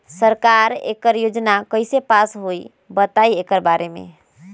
सरकार एकड़ योजना कईसे पास होई बताई एकर बारे मे?